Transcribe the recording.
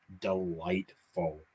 delightful